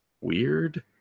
weird